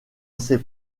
assez